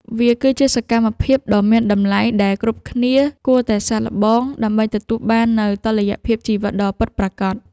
វាគឺជាសកម្មភាពដ៏មានតម្លៃដែលគ្រប់គ្នាគួរតែសាកល្បង ដើម្បីទទួលបាននូវតុល្យភាពជីវិតដ៏ពិតប្រាកដ។